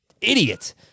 idiot